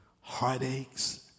heartaches